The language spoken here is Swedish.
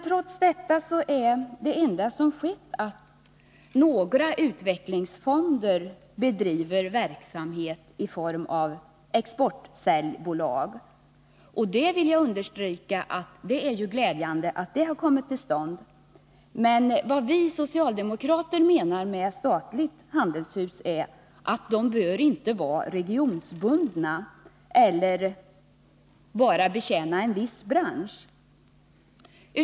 Trots detta är det enda som har skett att några utvecklingsfonder bedriver verksamhet i form av exportsäljbolag. Jag vill understryka att det är glädjande att sådana har kommit till stånd. Men vad vi socialdemokrater menar när det gäller handelshus är att de inte bör vara bundna till en viss region och att de inte heller skall betjäna en viss bransch.